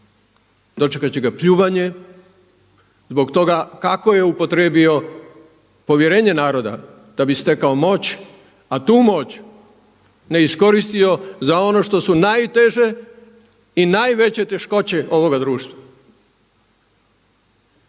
dočekati će ga pljuvanje zbog toga kako je upotrijebio povjerenje naroda da bi stekao moć a tu moć ne iskoristio za ono što su najteže i najveće teškoće ovoga društva.